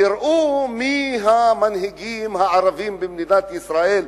תראו מי המנהיגים הערבים במדינת ישראל,